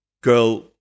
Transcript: girl